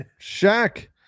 Shaq